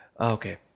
Okay